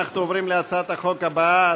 אנחנו עוברים להצעת החוק הבאה,